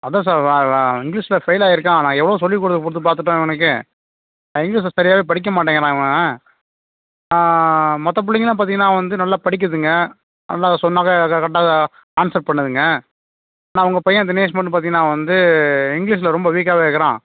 அதான் சார் இங்கிலீஷில் ஃபெயில் ஆகியிருக்கான் நான் எவ்வளோ சொல்லி கொடுத்து கொடுத்து பார்த்துட்டேன் அவனுக்கு இங்கிலீஷில் சரியாகவே படிக்க மாட்டேங்கிறான் இவன் மற்ற பிள்ளைங்கலாம் பார்த்தீங்கன்னா அவன் வந்து நல்லா படிக்குதுங்க எல்லா சொன்னதை கரெக்டாக ஆன்சர் பண்ணுதுங்க ஆனால் உங்கள் பையன் தினேஷ் மட்டும் பார்த்தீங்கன்னா அவன் வந்து இங்கிலீஷில் ரொம்ப வீக்காகவே இருக்கறான்